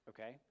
Okay